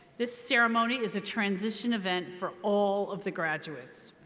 this ceremony is a transition event for all of the graduates.